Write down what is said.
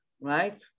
right